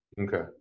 okay